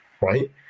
right